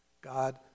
God